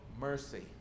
mercy